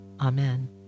Amen